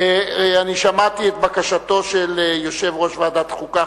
אני שמעתי את בקשתו של יושב-ראש ועדת החוקה,